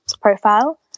profile